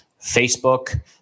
Facebook